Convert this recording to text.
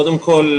קודם כול,